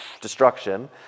destruction